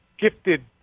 gifted